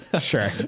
sure